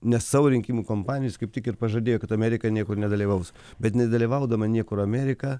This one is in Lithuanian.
nes savo rinkimų kompanijos kaip tik ir pažadėjo kad amerika niekur nedalyvaus bet nedalyvaudama niekur amerika